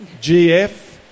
GF